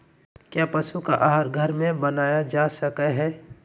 क्या पशु का आहार घर में बनाया जा सकय हैय?